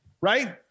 right